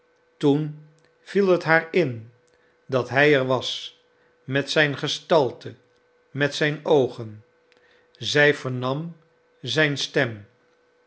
toen viel het haar in dat hij er was met zijn gestalte met zijn oogen zij vernam zijn stem